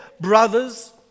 brothers